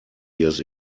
years